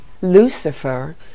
Lucifer